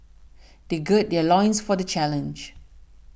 they gird their loins for the challenge